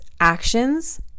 actions